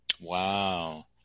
Wow